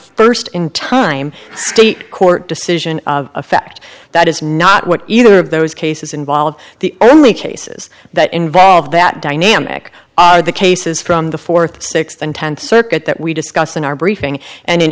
first in time state court decision a fact that is not what either of those cases involve the only cases that involve that dynamic are the cases from the fourth sixth and tenth circuit that we discussed in our briefing and in